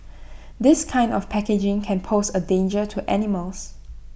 this kind of packaging can pose A danger to animals